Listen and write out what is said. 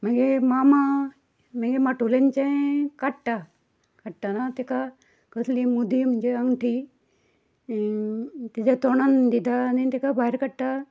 मगे मामा मागी माटुलेनचें काडटा काडटाना तेका कसली मुदी म्हन्जे अंगठी ताज्या तोंडांत दिता आनी ताका भायर काडटा